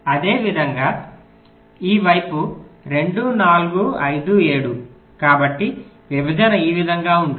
అదేవిధంగా ఈ వైపు 2 4 5 7 కాబట్టి విభజన ఈ విధంగా ఉంటుంది